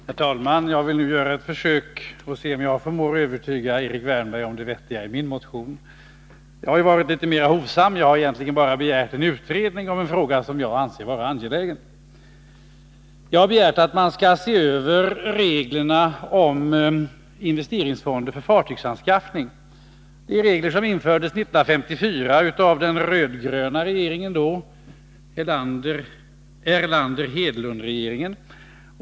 Herr talman! Jag vill nu göra ett försök att se om jag förmår övertyga Erik Wärnberg om det vettiga i min motion. Jag har varit litet mera hovsam och egentligen bara begärt en utredning av en fråga som jag anser vara angelägen. Jag har begärt att man skall se över reglerna beträffande investeringsfonder för fartygsanskaffning. Dessa regler infördes 1954 av den dåvarande röd-gröna regeringen, Erlander-Hedlundregeringen.